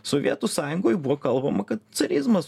sovietų sąjungoj buvo kalbama kad carizmas